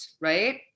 right